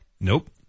Nope